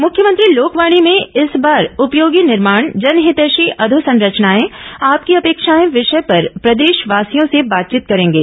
मुख्यमंत्री लोकवाणी में इस बार उपयोगी निर्माण जनहितैषी अधोसंरचनाएं आपकी अपेक्षाएं विषय पर प्रदेशवासियों से बातचीत करेंगे